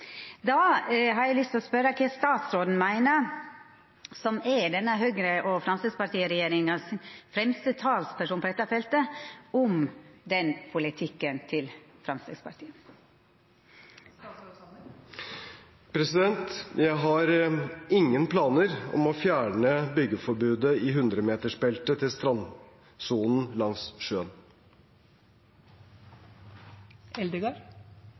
statsråden, som er Høyre-Fremskrittspartiet-regjeringens fremste talsperson på dette feltet, om denne politikken?» Jeg har ingen planer om å fjerne byggeforbudet i 100-metersbeltet til strandsonen langs sjøen.